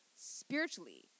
spiritually